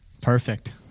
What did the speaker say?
Perfect